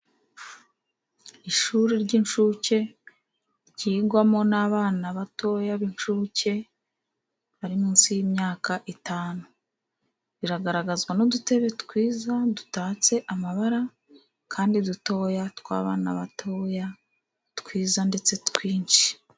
Ishuri ry'inshuke, ryigwamo n'abana batoya b'incuke, bari munsi y'imyaka itanu, riragaragazwa n'udutebe twiza dutatse amabara kandi dutoya tw'abana batoya, twiza ndetse twinshi.